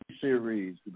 series